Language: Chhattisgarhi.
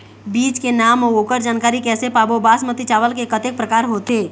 बीज के नाम अऊ ओकर जानकारी कैसे पाबो बासमती चावल के कतेक प्रकार होथे?